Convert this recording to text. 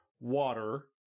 Water